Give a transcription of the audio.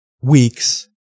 weeks